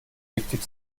giftig